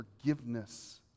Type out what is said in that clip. forgiveness